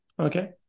Okay